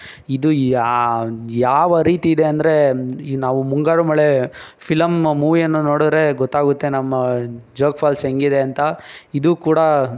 ಇದು ಯಾ ಯಾವ ರೀತಿ ಇದೆ ಅಂದರೆ ನಾವು ಮುಂಗಾರುಮಳೆ ಫಿಲಮ್ ಮೂವಿಯನ್ನು ನೋಡಿದ್ರೆ ಗೊತ್ತಾಗುತ್ತೆ ನಮ್ಮ ಜೋಗ್ ಫಾಲ್ಸ್ ಹೇಗಿದೆ ಅಂತ ಇದು ಕೂಡ